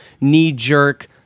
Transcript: knee-jerk